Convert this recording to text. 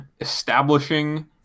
establishing